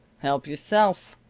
help yourself,